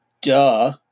duh